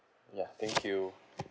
ya thank you